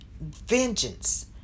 vengeance